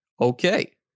Okay